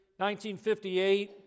1958